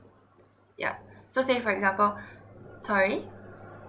yeah so say for example sorry